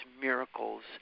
miracles